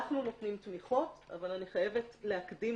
אנחנו נותנים תמיכות אבל אני חייבת להקדים